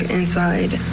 inside